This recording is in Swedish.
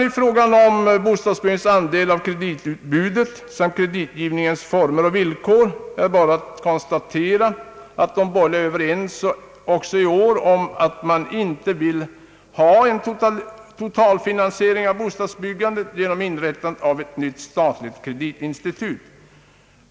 I fråga om bostadsbyggandets andel av kreditutbudet samt kreditgivningens former och villkor är det bara att konstatera att de borgerliga är överens också i år om att de inte vill ha en totalfinansiering av bostadsbyggandet genom inrättande av ett nytt statligt kreditinstitut.